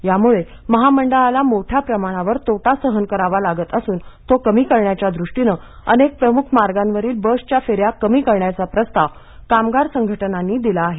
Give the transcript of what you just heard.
यामुळे महामंडळाला मोठ्या प्रमाणावर तोटा सहन करावा लागत असून तो कमी करण्याच्या दृष्टीनं अनेक प्रमुख मार्गांवरील बसच्या फेऱ्या कमी करण्याचा प्रस्ताव कामगार संघटनांनी दिला आहे